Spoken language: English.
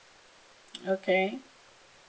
okay